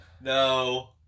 No